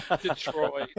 Detroit